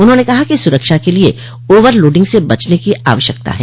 उन्होंने कहा कि सुरक्षा के लिये ओवर लोडिंग से बचने की आवश्यकता है